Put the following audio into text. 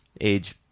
age